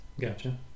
gotcha